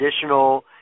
additional